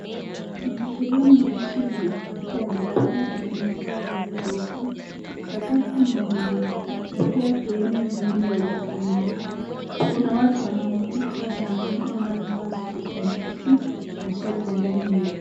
Kwenye sehemu ya chini ya kupita ya barabara kuna taa zilizoko. Sakafu ni nyeupe na pia sehenu zingine za ukuta ni nyeupe. Kuna watu wanaopita, kuna mwanamme ambaye amevaa suti nyeusi na shati ya ndani nyeupe.